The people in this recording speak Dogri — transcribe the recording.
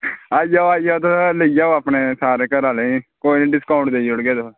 आई जाओ आई जाओ तुस लेई जाओ अपने सारे घरें आह्ले ई कोई निं डिस्काऊंट देई ओड़गे तुसेंगी